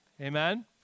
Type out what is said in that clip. Amen